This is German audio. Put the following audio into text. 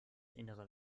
innere